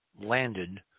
landed